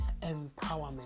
empowerment